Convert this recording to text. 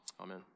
Amen